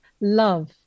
love